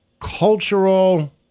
cultural